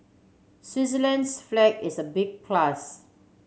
Switzerland's flag is a big plus